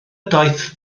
daith